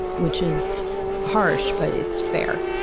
which is harsh but it's fair.